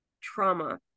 trauma